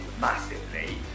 massively